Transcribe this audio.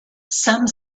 some